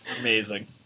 Amazing